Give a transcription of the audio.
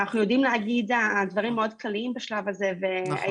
אנחנו יודעים להגיד דברים מאוד כלליים בשלב הזה והייתי